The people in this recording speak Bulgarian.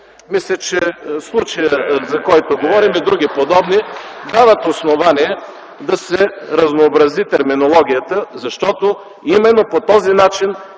деяние. За случая, за който говорим, и други подобни (шум отляво), дават основание да се разнообрази терминологията, защото именно по този начин